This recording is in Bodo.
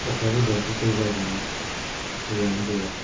अखा फैब्ला जि दै जागौमोन दैयानो गैया